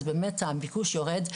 אז באמת הביקוש יורד,